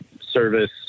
service